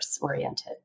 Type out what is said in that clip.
oriented